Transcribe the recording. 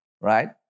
right